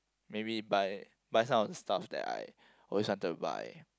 maybe buy buy some of the stuff that I always wanted to buy